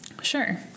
Sure